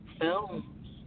films